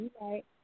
right